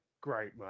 Great